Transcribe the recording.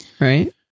Right